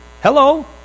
Hello